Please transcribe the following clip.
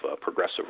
progressive